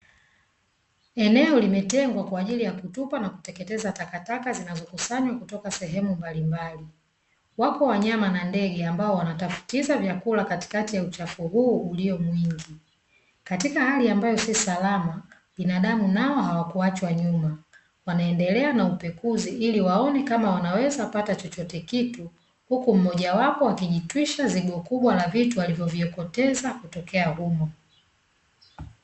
Eneo limetengwa kwajili ya kutupa na kuteketeza takataka zinazokusanywa kutoka sehemu mbali mbali. Wako wanyama na ndege ambao wanatafutiza vyakula katikati ya uchafu huu ulio mwingi. Katika hali ambayo si salama binadamu nao hawakuachwa nyuma, wanaendelea na upekuzi ili waone kama wanaweza pata chochote kitu huku mmoja wapo akijitwisha zigo la vitu alivojiokoteza kutokea humo.